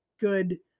good